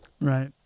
Right